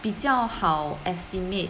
比较好 estimate